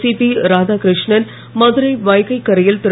CP Radhakrishnan Madurai Vaigai கரையில் திரு